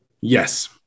Yes